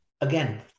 Again